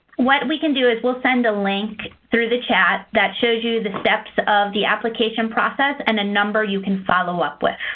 what we can do is, we'll send a link through the chat that shows you the steps of the application process, and a number you can follow up with.